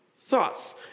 thoughts